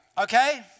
okay